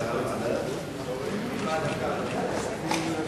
(היוועדות חזותית, הוראת שעה) (תיקון מס'